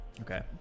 Okay